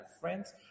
friends